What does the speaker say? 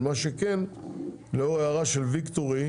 אבל מה שכן לאור ההערה של ויקטורי,